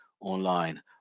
online